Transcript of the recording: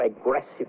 aggressive